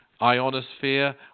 ionosphere